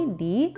di